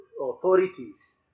authorities